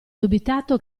dubitato